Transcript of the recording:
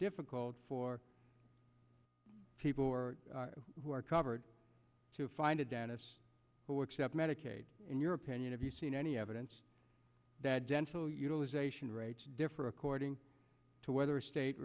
difficult for people who are covered to find a dentist who accept medicaid in your opinion if you seen any evidence that dental utilization rates differ according to whether a state